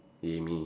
!yay! me